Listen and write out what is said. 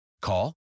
Call